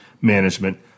management